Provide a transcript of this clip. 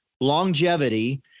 longevity